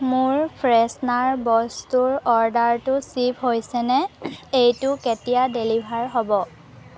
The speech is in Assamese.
মোৰ ফ্ৰেছনাৰ বস্তুৰ অৰ্ডাৰটো শ্বিপ হৈছেনে এইটো কেতিয়া ডেলিভাৰ হ'ব